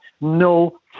No